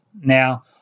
Now